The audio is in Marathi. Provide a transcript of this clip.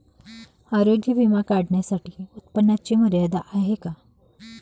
आरोग्य विमा काढण्यासाठी उत्पन्नाची मर्यादा आहे का?